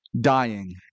dying